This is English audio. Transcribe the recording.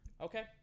okay